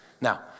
Now